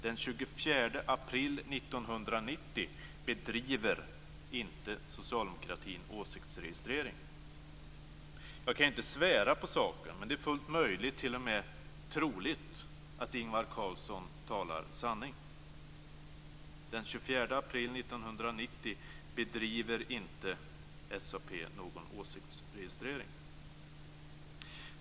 Den 24 april 1990 bedriver inte socialdemokratin åsiktsregistrering. Jag kan inte svära på saken, men det är fullt möjligt, t.o.m. troligt, att Ingvar Carlsson talar sanning. Man bedriver vid denna tidpunkt inte någon åsiktsregistrering.